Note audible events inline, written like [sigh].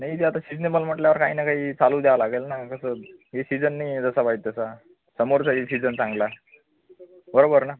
नाही ते आता शिजनेबल म्हटल्यावर काही ना काही चालूच द्यावं लागेल ना जसं हे सिजन नाही आहे जसा पाहिजे तसा समोरचा [unintelligible] आहे सिजन चांगला बरोबर ना